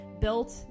built